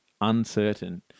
uncertain